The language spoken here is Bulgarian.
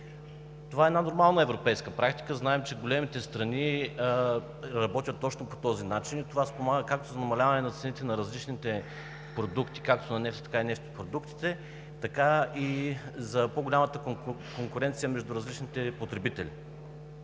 Това е нормална европейска практика. Знаем, че големите страни работят точно по този начин, и това спомага както за намаляване цените на различните продукти – както на нефт, така и на нефтопродуктите, така и за по-голямата конкуренция между различните потребители.